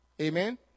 amen